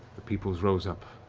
the peoples rose up,